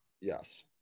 Yes